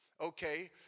Okay